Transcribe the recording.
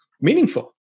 meaningful